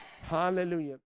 Hallelujah